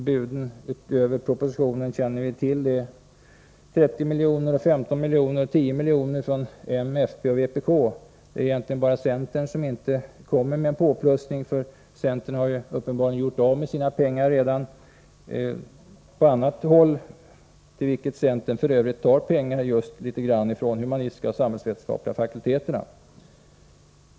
Buden känner vi till: 30 miljoner från m, 15 från fp och 10 från vpk. Det är egentligen bara centern som inte har gjort någon påplussning. Centern har uppenbarligen redan gjort sig av med sina pengar på annat håll, till vilket de f.ö. tagit litet av medlen från de humanistiska och samhällsvetenskapliga fakulteterna.